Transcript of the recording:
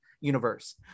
Universe